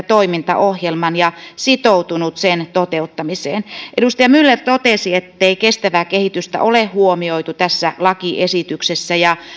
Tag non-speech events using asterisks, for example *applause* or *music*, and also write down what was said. *unintelligible* toimintaohjelman ja sitoutunut sen toteuttamiseen edustaja myller totesi ettei kestävää kehitystä ole huomioitu tässä lakiesityksessä ja